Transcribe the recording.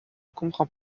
comprends